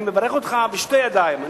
אני מברך אותך, בשתי ידיים.